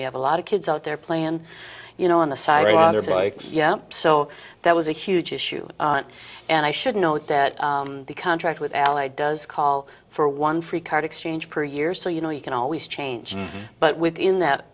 we have a lot of kids out there playing you know on the side like yeah so that was a huge issue and i should note that the contract with ally does call for one free card exchange per year so you know you can always change but within that